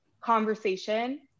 conversation